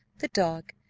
the dog,